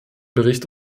bericht